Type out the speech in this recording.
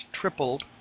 tripled